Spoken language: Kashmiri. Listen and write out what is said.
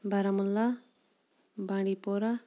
بارہمولہ بانڈی پوٗرہ